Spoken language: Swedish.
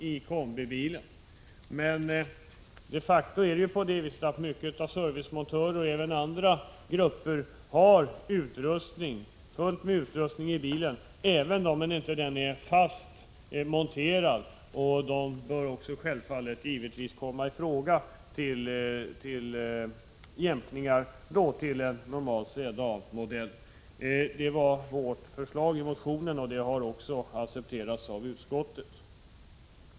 Servicemontörer liksom även andra yrkeskategorier har emellertid en mängd utrustning i sin kombibil, som även om den inte räknas som fast utrustning bör komma i fråga för jämkningsreglerna. Det var vårt förslag i motionen, vilket också har accepterats av utskottet.